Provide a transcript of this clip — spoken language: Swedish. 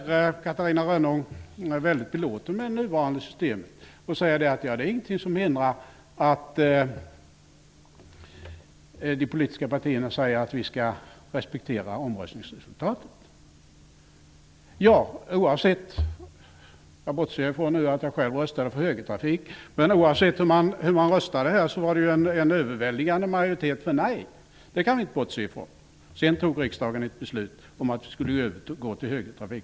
Catarina Rönnung är mycket belåten med nuvarande system. Hon säger att det inte är någonting som hindrar att de politiska partierna säger att de skall respektera omröstningsresultatet. Jag bortser från att jag själv röstade för högertrafik. Oavsett hur man röstade den gången var en överväldigande majoritet för nej-alternativet. Det kan vi inte bortse från. Sedan fattade riksdagen ett beslut om att vi skulle övergå till högertrafik.